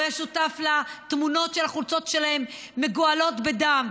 הוא היה שותף לתמונות של החולצות שלהם מגואלות בדם.